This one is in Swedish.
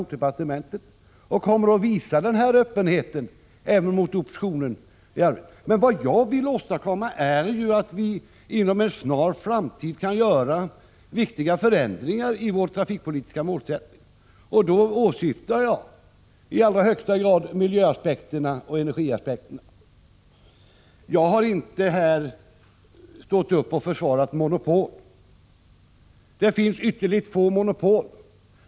1986/87:7 visa nämnda öppenhet även gentemot oppositionen. Vad jag eftersträvar är 15 oktober 1986 att vi inom en snar framtid kan åstadkomma viktiga förändringar i vår trafikpolitiska målsättning, och då åsyftar jag i allra högsta grad miljöoch energiaspekterna. Jag har inte här försvarat monopolen — det finns ytterligt få sådana.